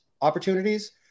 opportunities